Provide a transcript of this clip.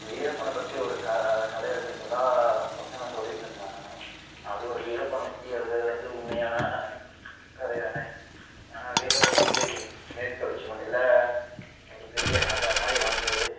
வீரப்பனை பற்றி ஒரு க கதை எழுதிருக்கிறதா பசங்க சொல்லிருந்துருந்தாங்க அது ஒரு வீரப்பனை பற்றி எழுதுனது வந்து உண்மையான கதை தானே ஏன்னா வீரப்பன் வந்து மேற்கு தொடர்ச்சி மலையில் ஒரு பெரிய ராஜா மாதிரி வாழ்ந்தவரு